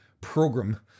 program